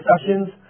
sessions